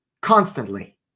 constantly